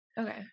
Okay